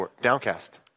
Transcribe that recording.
downcast